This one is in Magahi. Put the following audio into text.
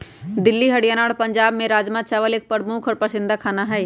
दिल्ली हरियाणा और पंजाब में राजमा चावल एक प्रमुख और पसंदीदा खाना हई